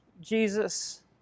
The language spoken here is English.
Jesus